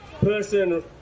person